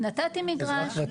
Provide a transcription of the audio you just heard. נתתי מגרש,